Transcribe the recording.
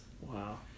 wow